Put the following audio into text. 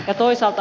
ja toisaalta